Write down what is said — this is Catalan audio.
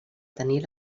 tenir